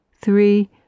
three